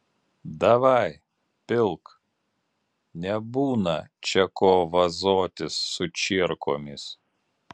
davai pilk nebūna čia ko vazotis su čierkomis